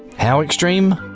how extreme?